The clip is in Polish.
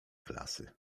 klasy